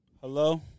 Hello